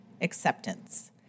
acceptance